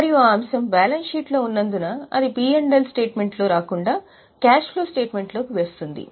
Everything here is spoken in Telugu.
మరియు ఆ అంశం బ్యాలెన్స్ షీట్లో ఉన్నందున అది P L స్టేట్మెంట్ లో రాకుండా క్యాష్ ఫ్లో స్టేట్మెంట్ లో కి వస్తుంది